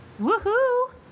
Woohoo